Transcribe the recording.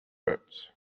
birds